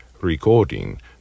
Recording